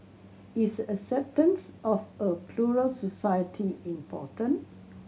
is acceptance of a plural society important